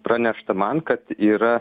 pranešta man kad yra